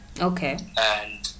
Okay